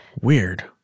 Weird